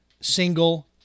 single